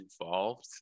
involved